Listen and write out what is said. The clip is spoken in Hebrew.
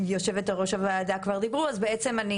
ויושבת-ראש הוועדה כבר דיברו אז בעצם אני